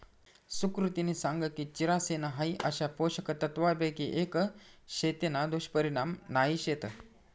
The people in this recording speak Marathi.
सुकृतिनी सांग की चिरोसन हाई अशा पोषक तत्वांपैकी एक शे तेना दुष्परिणाम नाही शेत